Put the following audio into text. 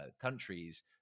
countries